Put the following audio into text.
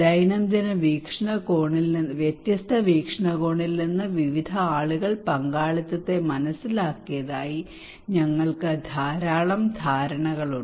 ദൈനംദിന വ്യത്യസ്ത വീക്ഷണകോണിൽ നിന്ന് വിവിധ ആളുകൾ പങ്കാളിത്തത്തെ മനസ്സിലാക്കിയതായി ഞങ്ങൾക്ക് ധാരാളം ധാരണകളുണ്ട്